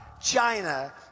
China